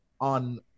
on